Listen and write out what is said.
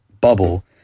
bubble